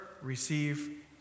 receive